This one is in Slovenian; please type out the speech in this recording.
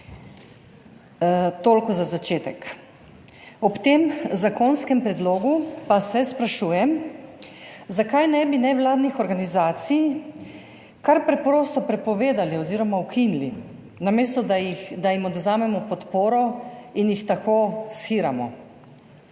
Toliko za začetek. Ob tem zakonskem predlogu pa se sprašujem, zakaj ne bi nevladnih organizacij kar preprosto prepovedali, oziroma ukinili, namesto da jih, da jim odvzamemo podporo in jih tako shiramo.